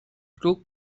club